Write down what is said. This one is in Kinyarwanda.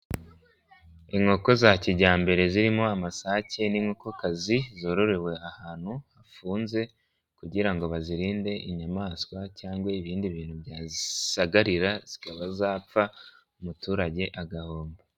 Inkoko za kijyambere zirimo amasake n'inkokoka zororewe ahantu hafunze kugira ngo bazirinde, inyamaswa cyangwa ibindi bintu byasagarira zikaba zapfa umuturage agahombo.